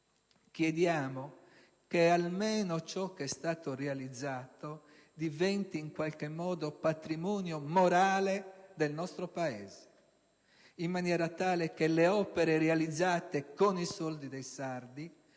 chiediamo che almeno ciò che è stato realizzato diventi in qualche modo patrimonio morale del nostro Paese, in maniera tale che le opere realizzate con i soldi dei sardi